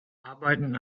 arbeiten